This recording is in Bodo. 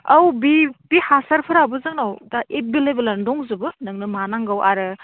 औ बे हासारफोराबो जोंनाव दा एभैलेबोलानो दंजोबो नोंनो मा नांगौ आरो